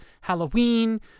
Halloween